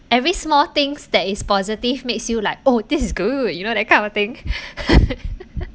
every small things that is positive makes you like oh this is good you know that kind of thing